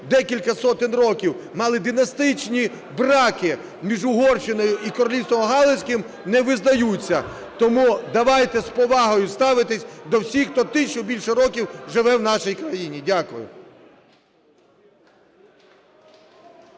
декілька сотень років, мали династичні браки між Угорщиною і Королівством Галицьким, не визнаються. Тому давайте з повагою ставитися до всіх тих, хто тисячу й більше років живе у нашій країні. Дякую.